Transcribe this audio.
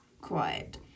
quiet